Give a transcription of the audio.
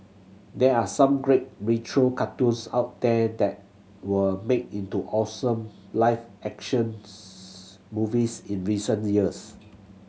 there are some great retro cartoons out there that were made into awesome live actions movies in recent years